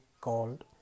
called